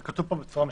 נכון.